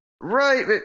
right